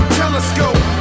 telescope